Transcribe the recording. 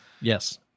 Yes